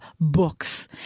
books